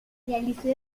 realizó